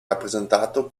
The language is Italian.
rappresentato